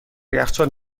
یخچال